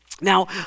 Now